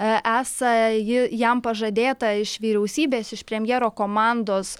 esą ji jam pažadėta iš vyriausybės iš premjero komandos